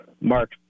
Mark